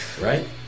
right